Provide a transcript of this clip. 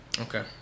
Okay